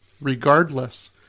regardless